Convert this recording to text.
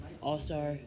All-Star